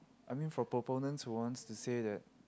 I mean for proponents who wants to say that